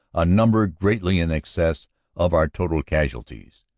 a number greatly in excess of our total casualties.